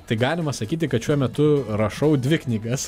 tai galima sakyti kad šiuo metu rašau dvi knygas